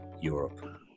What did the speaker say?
Europe